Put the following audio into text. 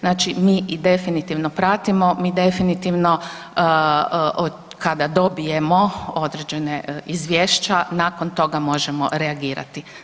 Znači mi definitivno pratimo, mi definitivno kada dobijemo određene izvješća, nakon toga možemo reagirati.